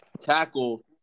tackle